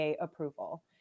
approval